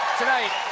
tonight,